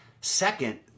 Second